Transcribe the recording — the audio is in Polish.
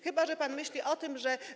Chyba że pan myśli o tym, że.